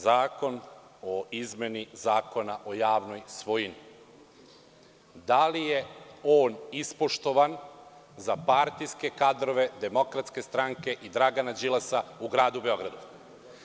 Zakon o izmeni zakona o javnoj svojini, da li je on ispoštovan za partijske kadrove DS i Dragana Đilasa u gradu Beogradu?